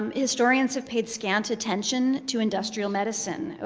um historians have paid scant attention to industrial medicine,